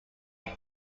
are